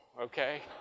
okay